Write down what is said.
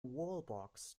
wallbox